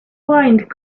find